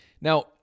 Now